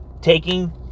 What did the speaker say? Taking